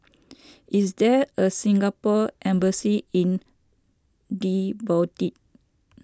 is there a Singapore Embassy in Djibouti